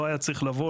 לא היה צריך לבוא,